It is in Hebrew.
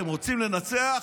אתם רוצים לנצח?